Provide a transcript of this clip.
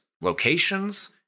locations